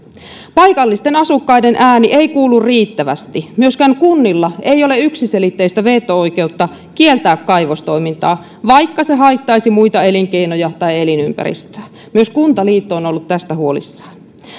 paikallisten asukkaiden ääni ei kuulu riittävästi myöskään kunnilla ei ole yksiselitteistä veto oikeutta kieltää kaivostoimintaa vaikka se haittaisi muita elinkeinoja tai elinympäristöä myös kuntaliitto on on ollut tästä huolissaan